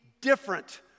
different